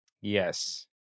Yes